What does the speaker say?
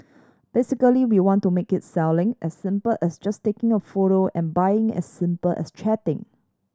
basically we wanted to make it selling as simple as just taking a photo and buying as simple as chatting